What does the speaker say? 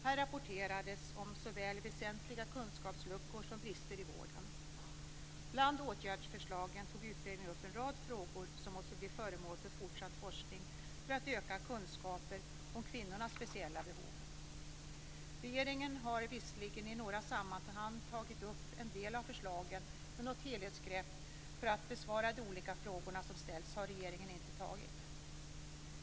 Här rapporterades om såväl väsentliga kunskapsluckor som brister i vården. Bland åtgärdsförslagen tog utredningen upp en rad frågor som måste bli föremål för fortsatt forskning för att öka kunskaperna om kvinnornas speciella behov. Regeringen har visserligen i några sammanhang tagit upp en del av förslagen, men något helhetsgrepp för att besvara de olika frågorna som ställts har regeringen inte tagit.